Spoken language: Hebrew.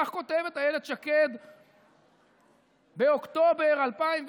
כך כותבת אילת שקד באוקטובר 2017: